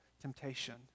temptation